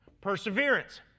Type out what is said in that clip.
perseverance